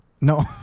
No